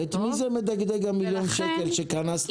ולכן -- את מי זה מדגדג 1 מיליון השקלים שקנסתם אותם?